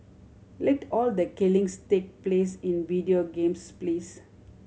let all the killings take place in video games please